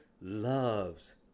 loves